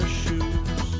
shoes